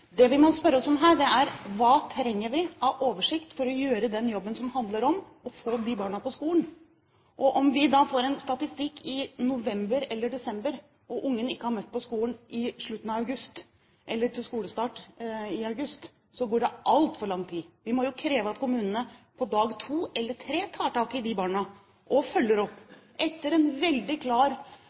Det vi må spørre oss om her, er: Hva trenger vi av oversikt for å gjøre den jobben som handler om å få de barna på skolen? Og om vi da får en statistikk i november eller desember, og ungen ikke har møtt på skolen til skolestart i august, så går det altfor lang tid. Vi må jo kreve at kommunene på dag to, eller tre, tar tak i de barna og følger opp – etter en veldig klar